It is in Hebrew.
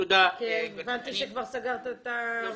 תודה.